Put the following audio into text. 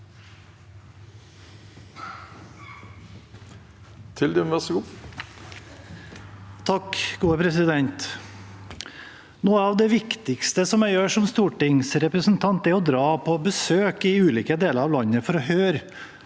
Tyldum (Sp) Noe av det viktig- ste jeg gjør som stortingsrepresentant, er å dra på besøk i ulike deler av landet for å høre